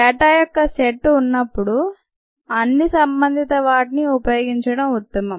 data యొక్క set ఉన్నప్పుడు అన్ని సంబంధిత వాటిని ఉపయోగించడం ఉత్తమం